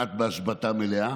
שהם כמעט בהשבתה מלאה,